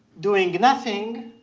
doing nothing,